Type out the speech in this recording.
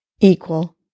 equal